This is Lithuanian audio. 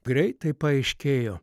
greitai paaiškėjo